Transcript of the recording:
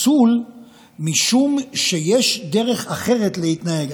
משום שיש דרך אחרת להתנהג.